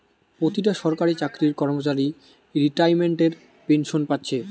পোতিটা সরকারি চাকরির কর্মচারী রিতাইমেন্টের পেনশেন পাচ্ছে